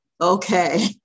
Okay